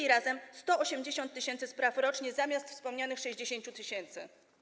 To razem 180 tys. spraw rocznie zamiast wspomnianych 60 tys.